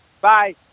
Bye